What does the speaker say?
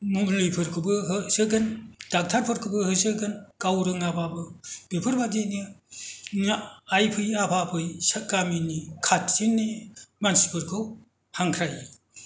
मुलिफोरखौबो होसोगोन डक्ट'रफोरखौबो होसोगोन गाव रोङाबाबो बेफोरबादिनो आइ फै आफा फै गामिनि खाथिनि मानसिफोरखौ हांख्रायो